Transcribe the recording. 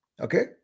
Okay